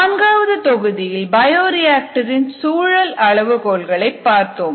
நான்காவது தொகுதியில் பயோரிஆக்டர் இன் சூழல் அளவுகோல்களை பார்த்தோம்